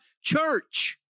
church